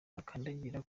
akandagira